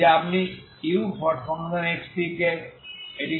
যদি আপনি uxt এটিকে সন্তুষ্ট করেন